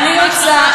אני רוצה,